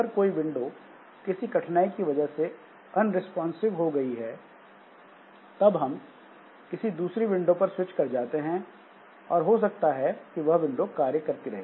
अगर कोई विंडो किसी कठिनाई की वजह से अनरिस्पांसिव हो गई है तब हम किसी दूसरी विंडो पर स्विच कर जाते हैं और हो सकता है कि वह विंडो कार्य करती रहे